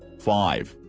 five.